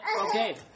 Okay